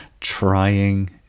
trying